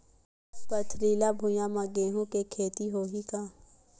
पथरिला भुइयां म गेहूं के खेती होही का?